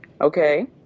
okay